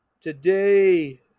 Today